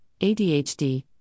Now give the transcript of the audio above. ADHD